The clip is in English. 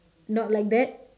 not like that